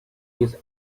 his